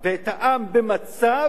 ואת העם במצב